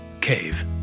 cave